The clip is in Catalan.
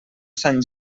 sant